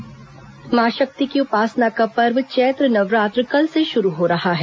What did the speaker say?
चैत्र नवरात्र मां शक्ति की उपासना का पर्व चैत्र नवरात्र कल से शुरू हो रहा है